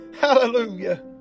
Hallelujah